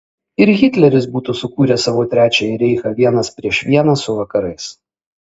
ir hitleris būtų sukūręs savo trečiąjį reichą vienas prieš vieną su vakarais